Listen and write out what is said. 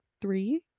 three